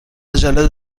عجله